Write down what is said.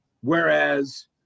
Whereas